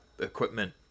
equipment